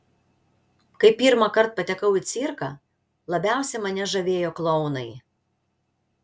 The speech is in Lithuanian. kai pirmąkart patekau į cirką labiausiai mane žavėjo klounai